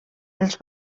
els